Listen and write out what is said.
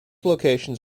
locations